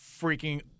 freaking